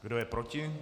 Kdo je proti?